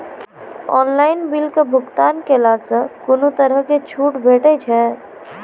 Online बिलक भुगतान केलासॅ कुनू तरहक छूट भेटै छै?